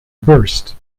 burst